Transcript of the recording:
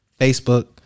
Facebook